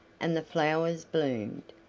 and the flowers bloomed,